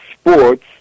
sports